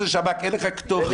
בגלל שזה שב"כ אין לך כתובת.